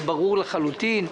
זה ברור לחלוטין.